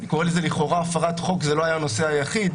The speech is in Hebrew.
זה מכל מקרה מתועד מספרי המעסיק.